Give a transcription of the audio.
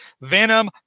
Venom